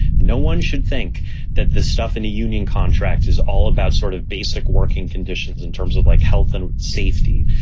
no one should think that this stuff in a union contract is all about sort of basic working conditions in terms of like health and safety.